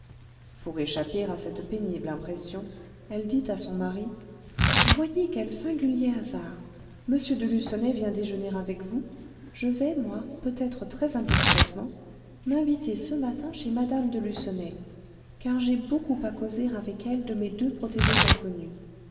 pour échapper à cette pénible impression elle dit à son mari voyez quel singulier hasard m de lucenay vient déjeuner avec vous je vais moi peut-être très indiscrètement m'inviter ce matin chez mme de lucenay car j'ai beaucoup à causer avec elle de mes deux protégées inconnues